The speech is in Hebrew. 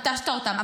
נטשת אותם.